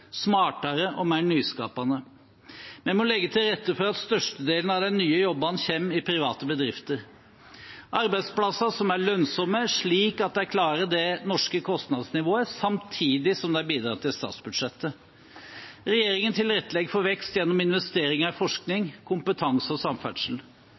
smartere og mer nyskapende. Vi må legge til rette for at størstedelen av de nye jobbene kommer i private bedrifter – arbeidsplasser som er lønnsomme, slik at de klarer det norske kostnadsnivået samtidig som de bidrar til statsbudsjettet. Regjeringen tilrettelegger for vekst gjennom investeringer i